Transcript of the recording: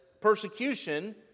persecution